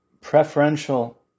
preferential